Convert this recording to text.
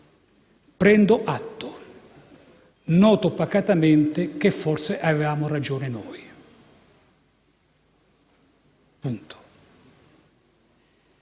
Prendo atto. Noto pacatamente che forse avevamo ragione noi. Con